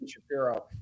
Shapiro